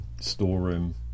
storeroom